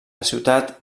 ciutat